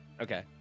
okay